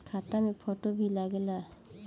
खाता मे फोटो भी लागे ला?